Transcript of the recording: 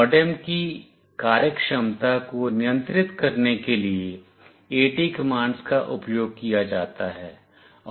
modem की कार्यक्षमता को नियंत्रित करने के लिए एटी कमांड्स का उपयोग किया जाता है